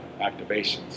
activations